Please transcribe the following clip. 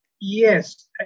Yes